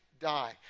die